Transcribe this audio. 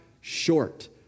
Short